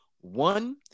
one